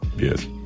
Yes